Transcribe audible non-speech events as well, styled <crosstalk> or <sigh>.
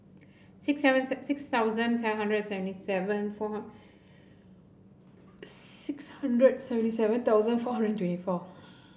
six seventh six thousand seven hundred and seventy seven four <unintelligible> six hundred seventy seven thousand four hundred and twenty four